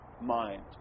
mind